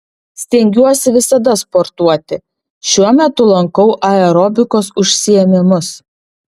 stengiuosi visada sportuoti šiuo metu lankau aerobikos užsiėmimus